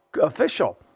official